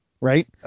right